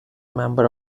member